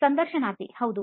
ಸಂದರ್ಶನಾರ್ಥಿಹೌದು